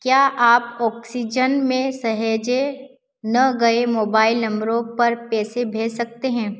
क्या आप ऑक्सीजन में सहेजे ना गए मोबाइल नंबरों पर पैसे भेज सकते हैं